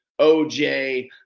OJ